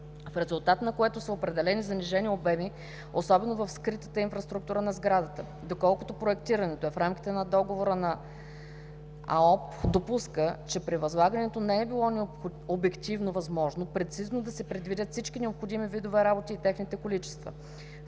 в резултат на което са определени занижени обеми, особено в „скритата“ инфраструктура на сградата. Доколкото проектирането е в рамките на договора АОП допуска, че при възлагането не е било обективно възможно прецизно да се предвидят всички необходими видове работи и техните количества.